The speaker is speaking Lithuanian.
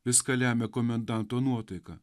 viską lemia komendanto nuotaika